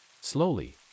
Slowly